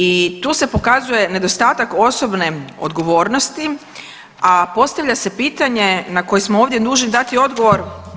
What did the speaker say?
I tu se pokazuje nedostatak osobne odgovornosti, a postavlja se pitanje na koje smo nužni ovdje dati odgovor.